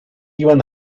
iban